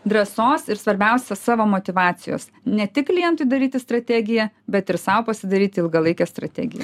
drąsos ir svarbiausia savo motyvacijos ne tik klientui daryti strategiją bet ir sau pasidaryti ilgalaikę strategiją